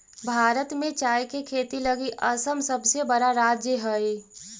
भारत में चाय के खेती लगी असम सबसे बड़ा राज्य हइ